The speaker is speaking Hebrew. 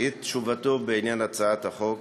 את תשובתו בעניין הצעת החוק.